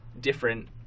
different